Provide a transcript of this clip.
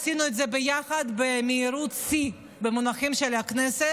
עשינו את זה יחד במהירות שיא במונחים של הכנסת,